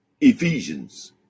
Ephesians